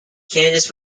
candice